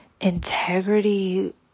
integrity